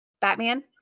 Batman